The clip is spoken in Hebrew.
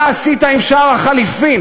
מה עשית עם שער החליפין?